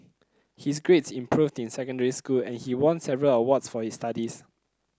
his grades improved in secondary school and he won several awards for his studies